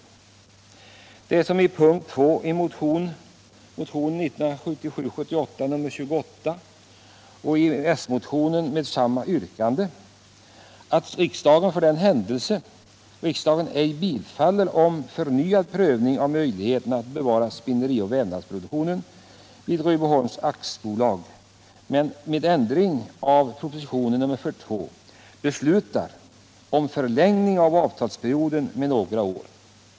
Det gäller vad som föreslås i p. 2 i motion 1977 78:42, --- måtte besluta om en förlängning av avtalsperioden” med några år.